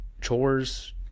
chores